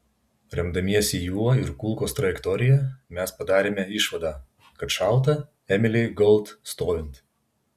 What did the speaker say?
remdamiesi juo ir kulkos trajektorija mes padarėme išvadą kad šauta emilei gold stovint